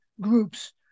groups